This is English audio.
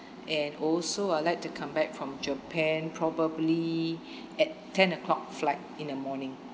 and also I like to come back from japan probably at ten o'clock flight in the morning